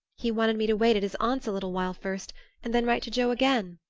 he wanted me to wait at his aunt's a little while first and then write to joe again.